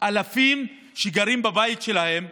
אלפים שגרים בבית שלהם,